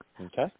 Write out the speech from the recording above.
Okay